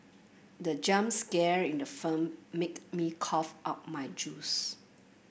the jump scare in the film make me cough out my juice